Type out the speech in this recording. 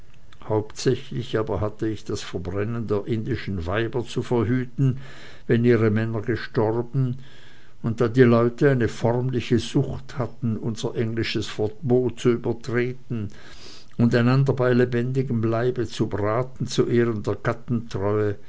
hauptsächlich aber hatte ich das verbrennen der indischen weiber zu verhüten wenn ihre männer gestorben und da die leute eine förmliche sucht hatten unser englisches verbot zu übertreten und einander bei lebendigem leibe zu braten zu ehren der